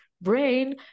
brain